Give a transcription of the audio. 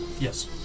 Yes